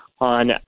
on